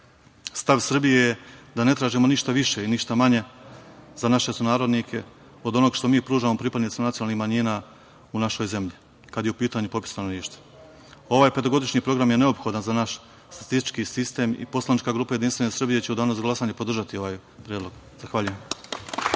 Srbije je da ne tražimo ništa više i ništa manje za naše sunarodnike od onog što mi pružamo pripadnicima nacionalnih manjina u našoj zemlji kada je u pitanju popis stanovništva. Ovaj petogodišnji program je neophodan za naš statistički sistem i poslanička grupa JS će u danu za glasanje podržati ovaj predlog. Zahvaljujem.